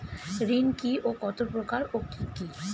ঋণ কি ও কত প্রকার ও কি কি?